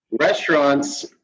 Restaurants